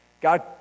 God